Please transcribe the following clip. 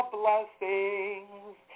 blessings